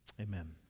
Amen